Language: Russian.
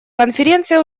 конференция